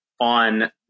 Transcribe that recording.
on